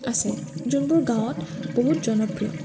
আছে যোনবোৰ গাঁৱত বহুত জনপ্ৰিয়